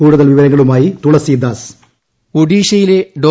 കൂടുതൽ വിവരങ്ങളുമായി തുളസീദ്ദീസ്റ്റ് ഒഡീഷയിലെ ഡോ